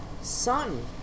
sun